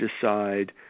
decide